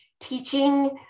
teaching